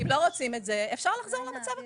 אם לא רוצים את זה, אפשר לחזור למצב הקיים.